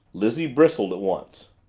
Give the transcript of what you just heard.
lizzie bristled at once.